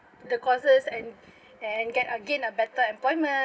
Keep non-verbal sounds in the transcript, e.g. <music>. the courses and <breath> and get uh gain a better employment